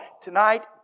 Tonight